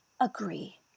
agree